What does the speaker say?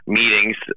meetings